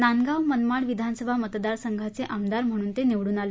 नांदगाव मनमाड विधानसभा मतदार संघाचे आमदार म्हणूनही ते निवडून आले होते